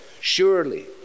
Surely